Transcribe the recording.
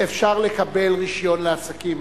אפשר לקבל רשיון לעסקים?